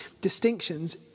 distinctions